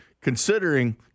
considering